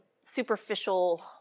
superficial